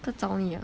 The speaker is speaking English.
他找你 ah